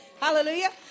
Hallelujah